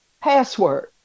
password